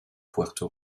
puerto